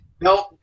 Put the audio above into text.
No